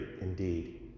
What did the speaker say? indeed